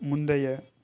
முந்தைய